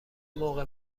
موقع